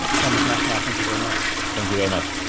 thomas maschmeyer, thank you very much. thank you very much.